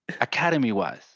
academy-wise